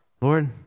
Lord